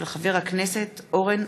מאת חברי הכנסת זהבה גלאון,